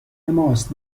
ماست